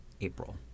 April